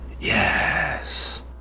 yes